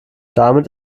damit